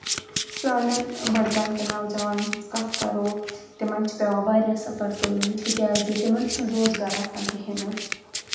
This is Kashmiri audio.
سانیٚن بَڈگام کیٚن نوجوانن ہٕنٛز کَتھ کَرو تِمن چھ پیٚوان واریاہ سفر تُلُن تِکیٚازِ تِمن چھُ نہٕ روزگا آسان کِہنۍ نہٕ